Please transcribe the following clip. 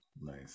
nice